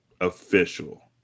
official